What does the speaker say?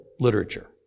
Literature